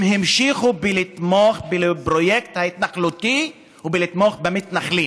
הם המשיכו לתמוך בפרויקט ההתנחלותי ולתמוך במתנחלים,